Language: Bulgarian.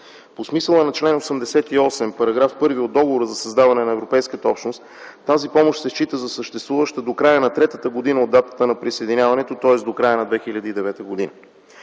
По смисъла на чл. 88, § 1 от Договора за създаване на Европейската общност тази помощ се счита за съществуваща до края на третата година от датата на присъединяването, тоест до края на 2009 г.